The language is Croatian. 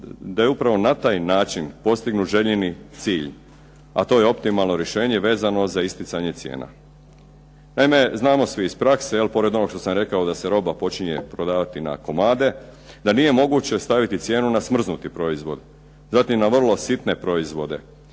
da je upravo na taj način postignut željeni cilj, a to je optimalno rješenje vezano za isticanje cijena. Naime, znamo svi iz prakse, pored onog što sam rekao da se roba počinje prodavati na komade, da nije moguće staviti cijenu na smrznuti proizvod, zatim na vrlo sitne proizvode.